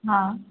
हा